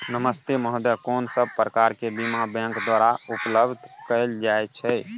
नमस्ते महोदय, कोन सब प्रकार के बीमा बैंक के द्वारा उपलब्ध कैल जाए छै?